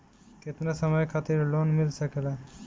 केतना समय खातिर लोन मिल सकेला?